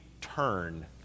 turn